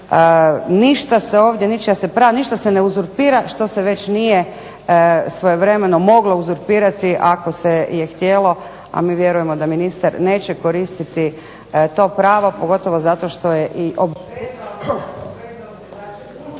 ništa se ovdje ničija se ništa se ne uzurpira što se već nije svojevremeno moglo uzurpirati ako se je htjele, a mi vjerujemo da ministar neće koristiti to pravo pogotovo što je i